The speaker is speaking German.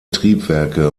triebwerke